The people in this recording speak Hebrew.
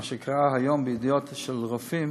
מה שקרה היום בידיעות, של הרופאים,